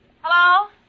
Hello